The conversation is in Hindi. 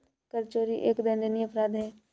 कर चोरी एक दंडनीय अपराध है